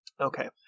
Okay